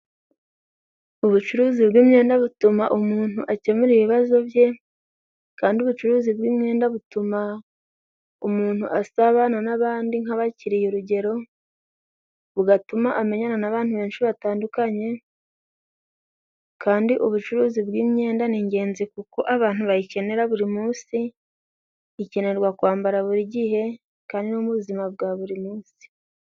Ubucuruzi bw'imyenda butuma umuntu akemura ibibazo bye kandi ubucuruzi bw'imyenda butuma umuntu asabana n'abandi nk'abakiriye urugero, bugatuma amenyana n'abantu benshi batandukanye kandi ubucuruzi bw'imyenda ni ingenzi kuko abantu bayikenera buri munsi, ikenerwa kwambara buri gihe kandi no mu buzima bwa buri munsi.